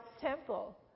temple